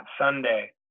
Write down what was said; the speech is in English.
Sunday